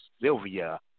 Sylvia